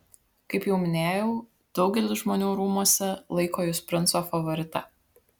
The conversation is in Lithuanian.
kaip jau minėjau daugelis žmonių rūmuose laiko jus princo favorite